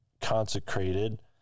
consecrated